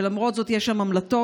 ולמרות זאת יש שם המלטות,